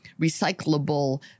recyclable